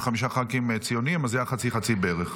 ח"כים ציוניים אז זה היה חצי-חצי בערך.